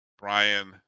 Brian